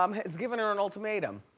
um has given her an ultimatum.